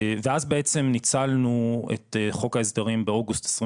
ואז בעצם ניצלנו את חוק ההסדרים באוגוסט 2021